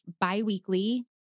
bi-weekly